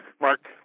Mark